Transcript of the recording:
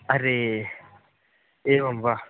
अरे एवं वा